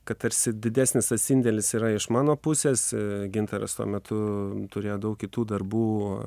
kad tarsi didesnis tas indėlis yra iš mano pusės gintaras tuo metu turėjo daug kitų darbų